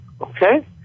okay